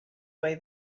way